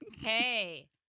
Hey